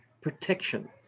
protection